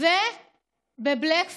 ובבלאק פריידיי.